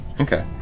Okay